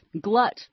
glut